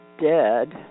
dead